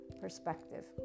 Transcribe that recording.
perspective